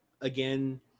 again